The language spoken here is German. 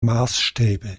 maßstäbe